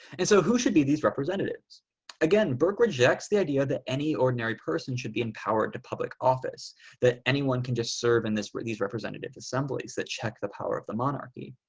and so, who should be these representatives again berg rejects the idea that any ordinary person should be empowered to public office that anyone can just serve in this these representative assemblies that check the power of the monarchy.